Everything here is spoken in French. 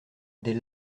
des